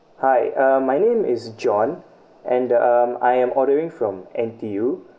hi uh my name is john and the um I am ordering from N_T_U